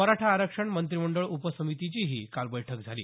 मराठा आरक्षण मंत्रिमंडळ उपसमितीचीही काल बैठक झाली